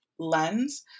Lens